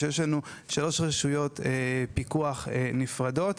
בו יש לנו שלוש רשויות פיקוח נפרדות,